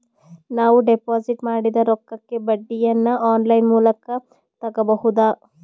ನಾವು ಡಿಪಾಜಿಟ್ ಮಾಡಿದ ರೊಕ್ಕಕ್ಕೆ ಬಡ್ಡಿಯನ್ನ ಆನ್ ಲೈನ್ ಮೂಲಕ ತಗಬಹುದಾ?